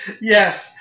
Yes